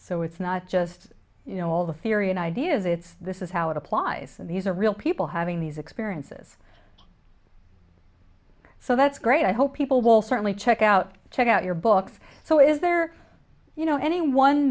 so it's not just you know all the theory and ideas it's this is how it applies and these are real people having these experiences so that's great i hope people will certainly check out check out your books so is there